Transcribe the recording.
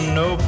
no